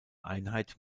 einheit